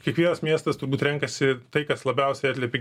kiekvienas miestas turbūt renkasi tai kas labiausiai atliepia